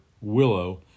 willow